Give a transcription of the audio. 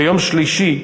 ביום שלישי,